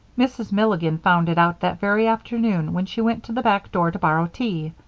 mrs. milligan found it out that very afternoon when she went to the back door to borrow tea.